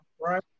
right